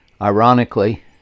Ironically